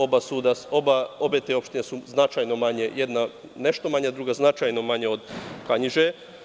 Obe te opštine su značajno manje, jedna nešto manja, druga značajno manja od Kanjiže.